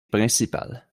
principale